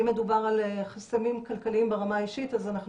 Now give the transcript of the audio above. אם מדובר על חסמים כלכליים ברמה האישית אז אנחנו